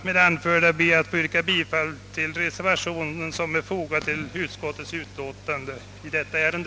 Med det anförda ber jag att få yrka bifall till den reservation som är fogad till utskottets utlåtande i detta ärende.